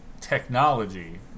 technology